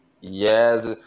Yes